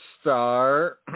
star